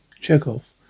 Chekhov